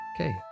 Okay